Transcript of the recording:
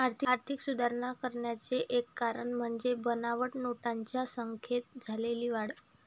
आर्थिक सुधारणा करण्याचे एक कारण म्हणजे बनावट नोटांच्या संख्येत झालेली वाढ